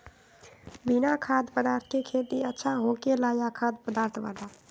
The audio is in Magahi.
बिना खाद्य पदार्थ के खेती अच्छा होखेला या खाद्य पदार्थ वाला?